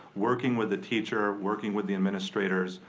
working with the teacher, working with the administrators,